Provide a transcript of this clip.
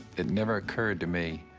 it never occurred to me,